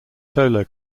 solo